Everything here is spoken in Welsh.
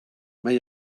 mae